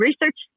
research